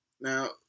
Now